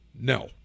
No